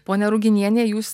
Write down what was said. ponia ruginiene jūs